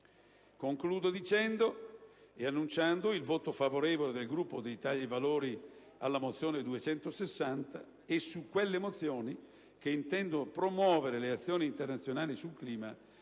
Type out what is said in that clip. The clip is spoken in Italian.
Concludo annunciando il voto favorevole del Gruppo dell'Italia dei valori sulla mozione n. 260 e su quelle mozioni che intendono promuovere le azioni internazionali sul clima